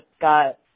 got